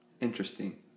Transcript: Interesting